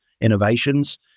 innovations